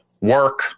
work